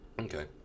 Okay